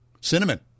Cinnamon